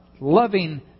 loving